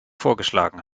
vorgeschlagen